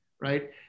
right